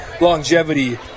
longevity